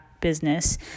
business